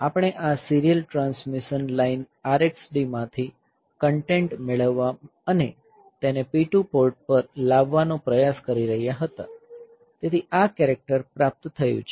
આપણે આ serial transmission line RxD માંથી કન્ટેન્ટ મેળવવા અને તેને P2 પોર્ટ પર લાવવાનો પ્રયાસ કરી રહ્યા હતા તેથી આ કેરેક્ટર પ્રાપ્ત થયું છે